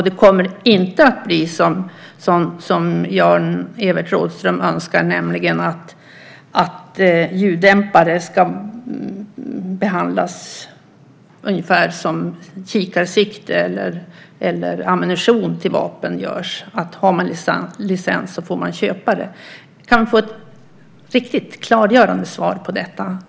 Det kommer inte att bli som Jan-Evert Rådhström önskar, nämligen att ljuddämpare ska behandlas ungefär som kikarsikte eller ammunition till vapen, det vill säga att har man licens så får man köpa det. Kan vi få ett riktigt klargörande svar på detta?